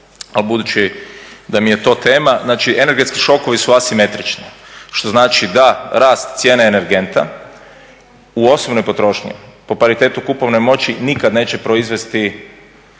budući da mi je to tema. Znači energetski šokovi su asimetrični, što znači da rast cijene energenta u osobnoj potrošnji po paritetu kupovne moći nikad neće proizvesti